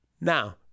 Now